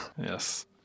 Yes